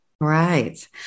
Right